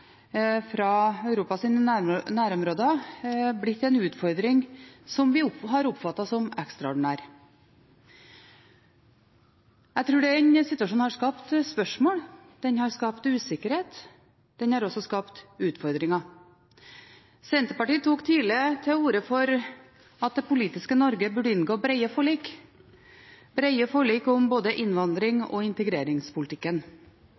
som ekstraordinær. Jeg tror situasjonen har skapt spørsmål. Den har skapt usikkerhet. Den har også skapt utfordringer. Senterpartiet tok tidlig til orde for at det politiske Norge burde inngå brede forlik – brede forlik om både